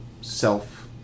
self